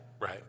Right